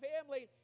family